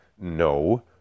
No